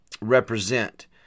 represent